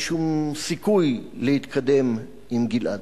אין שום סיכוי להתקדם עם גלעד.